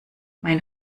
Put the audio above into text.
mein